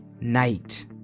night